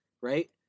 right